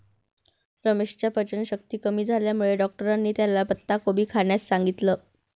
रमेशच्या पचनशक्ती कमी झाल्यामुळे डॉक्टरांनी त्याला पत्ताकोबी खाण्यास सांगितलं